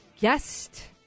guest